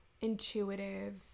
intuitive